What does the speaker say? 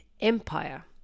empire